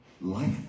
life